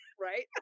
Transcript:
right